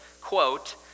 quote